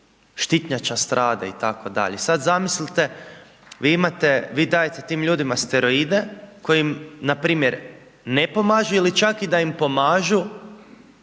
Štitnjača strada itd. Sada zamislite, vi dajete tim ljudima steroide, koje npr. ne pomažu ili čak da im i pomažu,